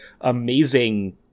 amazing